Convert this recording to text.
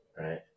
right